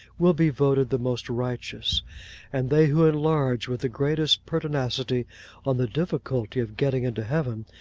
will be voted the most righteous and they who enlarge with the greatest pertinacity on the difficulty of getting into heaven,